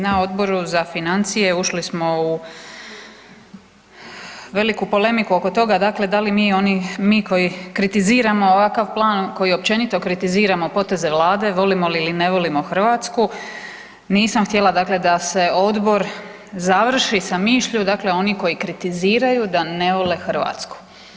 Na Odboru za financije ušli smo u veliku polemiku oko toga dakle da mi oni, mi koji kritiziramo ovakav Plan, koji općenito kritiziramo poteze Vlade, volimo li ili ne volimo Hrvatsku, nisam htjela dakle da se Odbor završi sa mišlju dakle onih koji kritiziraju da ne vole Hrvatsku.